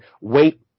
wait